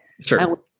Sure